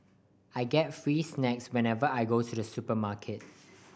I get free snacks whenever I go to the supermarket